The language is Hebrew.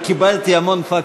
"וקיבלתי המון פקסים".